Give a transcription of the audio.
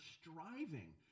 striving